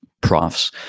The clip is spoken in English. profs